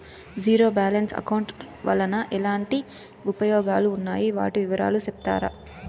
Zero balance account వలన ఎట్లాంటి ఉపయోగాలు ఉన్నాయి? వాటి వివరాలు సెప్తారా?